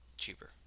Cheaper